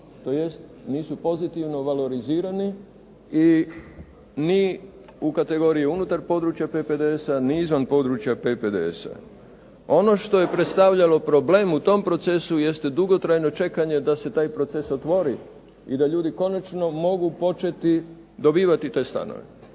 tj. nisu pozitivno valorizirani i ni u kategoriji unutar PPDS-a ni izvan područja PPDS-a. Ono što je predstavljalo problem u tom procesu jeste dugotrajno čekanje da se taj proces otvori i da ljudi konačno mogu početi dobivati te stanove.